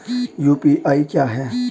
UPI क्या है?